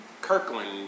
Kirkland